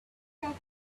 tablet